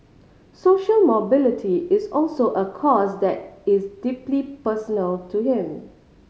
social mobility is also a cause that is deeply personal to him